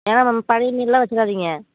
ஏன்னா பழைய மீனெலாம் வச்சிடாதீங்க